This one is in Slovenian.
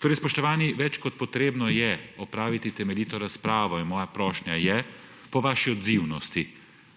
Spoštovani, več kot potrebno je opraviti temeljito razpravo in moja prošnja je po vaši odzivnosti,